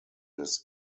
des